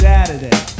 Saturday